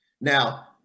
Now